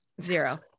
Zero